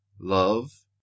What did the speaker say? love